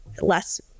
less